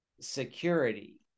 security